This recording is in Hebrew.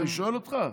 אני שואל אותך.